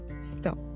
stop